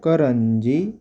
करंजी